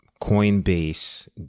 Coinbase